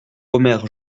omer